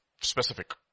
specific